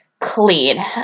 clean